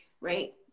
right